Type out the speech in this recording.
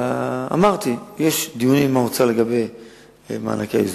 אמרתי, יש דיונים עם האוצר לגבי מענקי האיזון.